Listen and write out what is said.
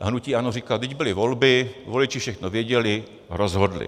A hnutí ANO říká: Vždyť byly volby, voliči všechno věděli, rozhodli.